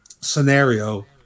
scenario